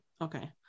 okay